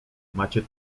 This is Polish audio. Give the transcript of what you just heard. macie